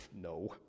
no